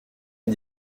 une